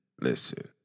listen